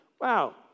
wow